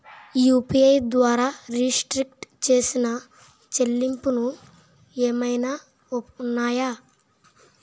UPI ద్వారా restrict చేసిన చెల్లింపులు ఏమైనా ఉన్నాయా?